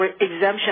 exemption